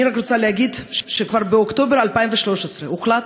אני רק רוצה להגיד שכבר באוקטובר 2013 הוחלט